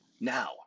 Now